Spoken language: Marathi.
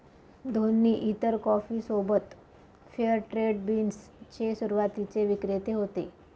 दोन्ही इतर कॉफी सोबत फेअर ट्रेड बीन्स चे सुरुवातीचे विक्रेते होते